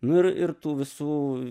nu ir ir tų visų